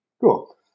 Cool